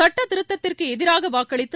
சுட்டத் திருத்தத்திற்கு எதிராக வாக்களித்து